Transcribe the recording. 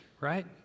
right